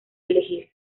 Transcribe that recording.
elegir